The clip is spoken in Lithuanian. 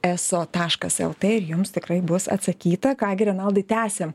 eso taškas lt ir jums tikrai bus atsakyta ką gi renaldai tęsiam